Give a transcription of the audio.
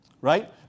right